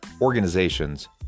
organizations